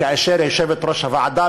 כאשר יושבת-ראש הוועדה,